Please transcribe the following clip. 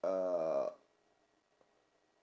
uh